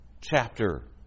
chapter